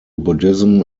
buddhism